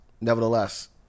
nevertheless